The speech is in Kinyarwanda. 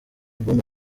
album